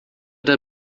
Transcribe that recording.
der